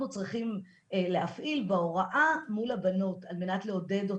צריכים להפעיל בהוראה מול הבנות על מנת לעודד אותן,